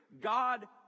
god